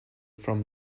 from